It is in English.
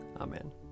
Amen